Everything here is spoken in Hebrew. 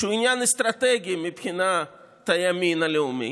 שהיא עניין אסטרטגי מבחינת הימין הלאומי,